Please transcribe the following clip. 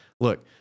look